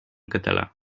català